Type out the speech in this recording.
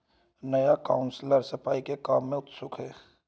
नया काउंसलर सफाई के काम में उत्सुक है